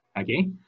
okay